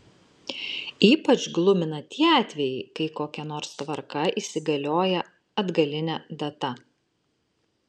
ypač glumina tie atvejai kai kokia nors tvarka įsigalioja atgaline data